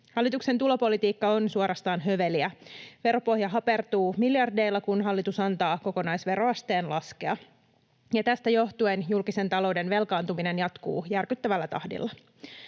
Hallituksen tulopolitiikka on suorastaan höveliä. Veropohja hapertuu miljardeilla, kun hallitus antaa kokonaisveroasteen laskea, ja tästä johtuen julkisen talouden velkaantuminen jatkuu järkyttävällä tahdilla.